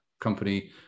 company